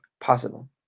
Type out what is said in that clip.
possible